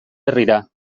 herrira